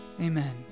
Amen